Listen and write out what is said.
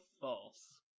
false